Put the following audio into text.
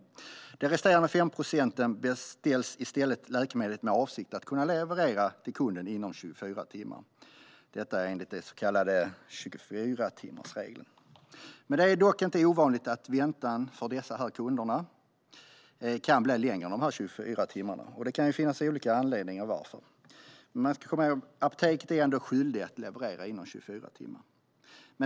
När det gäller de resterande 5 procenten beställs i stället läkemedlet med avsikten att kunna leverera det till kunden inom 24 timmar, enligt den så kallade 24-timmarsregeln. Det är dock inte ovanligt att väntan för dessa kunder kan bli längre än 24 timmar. Det kan finnas olika anledningar till det, men apoteken är ändå skyldiga att leverera inom 24 timmar.